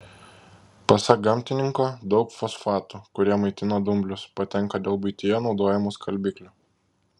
pasak gamtininko daug fosfatų kurie maitina dumblius patenka dėl buityje naudojamų skalbiklių